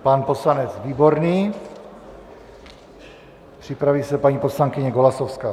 Pan poslanec Výborný, připraví se paní poslankyně Golasowská.